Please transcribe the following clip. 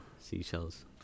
seashells